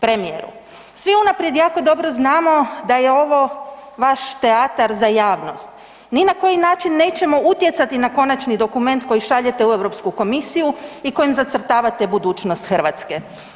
Premijeru, svi unaprijed jako dobro znamo da je ovo vaš teatar za javnost, ni na koji način nećemo utjecati na konačni dokument koji šaljete u Europsku komisiju i kojim zacrtavate budućnost Hrvatske.